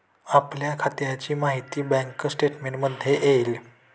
आपल्या खात्याची माहिती बँक स्टेटमेंटमध्ये येईल